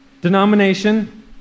denomination